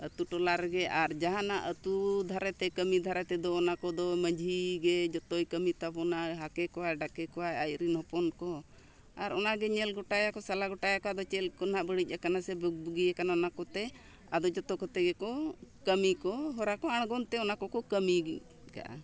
ᱟᱛᱳ ᱴᱚᱞᱟ ᱨᱮᱜᱮ ᱟᱨ ᱡᱟᱦᱟᱸ ᱱᱟᱜ ᱟᱛᱳ ᱫᱷᱟᱨᱮ ᱛᱮ ᱠᱟᱹᱢᱤ ᱫᱷᱟᱨᱮ ᱛᱮᱫᱚ ᱚᱱᱟ ᱠᱚᱫᱚ ᱢᱟᱹᱡᱷᱤ ᱜᱮ ᱡᱚᱛᱚᱭ ᱠᱟᱹᱢᱤ ᱛᱟᱵᱚᱱᱟ ᱦᱟᱠᱮ ᱠᱚᱣᱟᱭ ᱰᱟᱠᱮ ᱠᱚᱣᱟᱭ ᱟᱡᱨᱮᱱ ᱦᱚᱯᱚᱱ ᱠᱚ ᱟᱨ ᱚᱱᱟ ᱜᱮ ᱧᱮᱞ ᱜᱚᱴᱟᱭᱟᱠᱚ ᱥᱟᱞᱟ ᱜᱚᱴᱟᱭᱟᱠᱚ ᱟᱫᱚ ᱪᱮᱫ ᱠᱚ ᱱᱟᱦᱟᱜ ᱵᱟᱹᱲᱤᱡ ᱟᱠᱟᱱᱟ ᱥᱮ ᱵᱩᱜ ᱵᱩᱜᱤᱭᱟᱠᱟᱱᱟ ᱚᱱᱟ ᱠᱚᱛᱮ ᱟᱫᱚ ᱡᱚᱛᱚ ᱠᱚᱛᱮ ᱜᱮᱠᱚ ᱠᱟᱹᱢᱤ ᱠᱚ ᱦᱚᱨᱟ ᱠᱚ ᱟᱬᱜᱚᱱ ᱛᱮ ᱚᱱᱟ ᱠᱚᱠᱚ ᱠᱟᱹᱢᱤ ᱠᱟᱜᱼᱟ